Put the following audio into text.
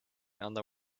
under